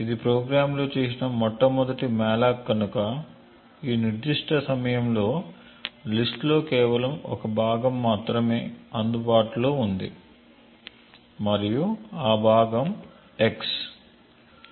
ఇది ప్రోగ్రామ్లో చేసిన మొట్టమొదటి మాలోక్ కనుక ఈ నిర్దిష్ట సమయంలో లిస్ట్ లో కేవలం ఒక భాగం మాత్రమే అందుబాటులో ఉంది మరియు ఆ భాగం x